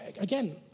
Again